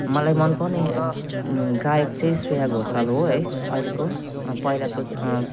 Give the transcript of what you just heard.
मलाई मनपर्ने गायक चाहिँ श्रेया घोषाल हो है अहिलेको अब पहिलाको